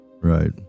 Right